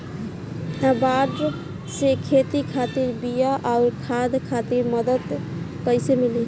नाबार्ड से खेती खातिर बीया आउर खाद खातिर मदद कइसे मिली?